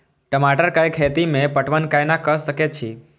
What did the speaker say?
टमाटर कै खैती में पटवन कैना क सके छी?